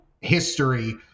history